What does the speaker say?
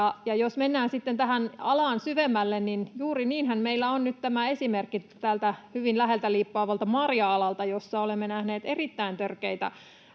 Jos mennään sitten tähän alaan syvemmälle, niin juuri siitähän meillä on nyt tämä esimerkki tältä hyvin läheltä liippaavalta marja-alalta, jolla olemme nähneet erittäin törkeää